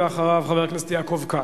אחריו, חבר הכנסת יעקב כץ.